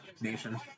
Nation